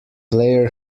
player